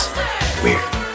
Weird